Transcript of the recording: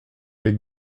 les